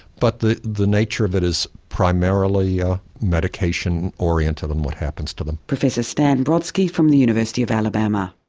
but the the nature of it is primarily ah medication oriented in what happens to them. professor stan brodsky, from the university of alabama.